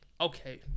okay